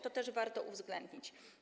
To też warto uwzględnić.